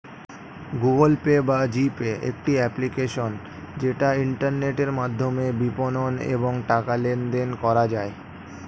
Google Pay বা G Pay একটি application যেটা ইন্টারনেটের মাধ্যমে বিপণন এবং টাকা লেনদেন করা যায়